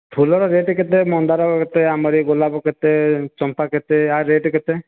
ଫୁଲର ରେଟ୍ କେତେ ମନ୍ଦାର କେତେ ଆମର ଏ ଗୋଲାପ କେତେ ଚମ୍ପା କେତେ ୟା ରେଟ୍ କେତେ